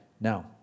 now